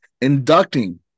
inducting